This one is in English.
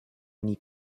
need